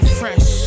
fresh